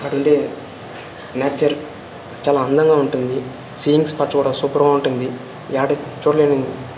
అక్కడుండే నేచర్ చాలా అందంగా ఉంటుంది సీయింగ్ స్పాట్ చాలా సూపర్గా ఉంటుంది ఎక్కడా చూడలేను